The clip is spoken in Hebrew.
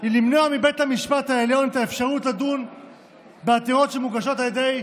היא למנוע מבית המשפט העליון את האפשרות לדון בעתירות שמוגשות על ידי